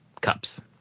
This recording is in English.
cups